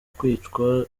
kwicwa